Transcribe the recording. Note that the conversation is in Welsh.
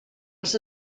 ers